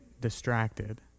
distracted